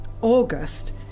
August